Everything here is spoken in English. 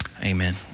Amen